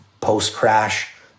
post-crash